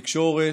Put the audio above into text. תקשורת,